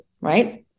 Right